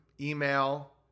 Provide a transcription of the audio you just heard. email